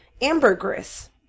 Ambergris